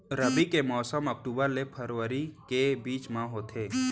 रबी के मौसम अक्टूबर ले फरवरी के बीच मा होथे